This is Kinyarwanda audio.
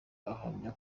ahamya